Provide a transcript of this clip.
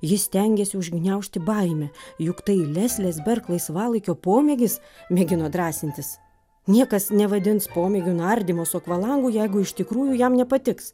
jis stengėsi užgniaužti baimę juk tai leslės berk laisvalaikio pomėgis mėgino drąsintis niekas nevadins pomėgiu nardymo su akvalangu jeigu iš tikrųjų jam nepatiks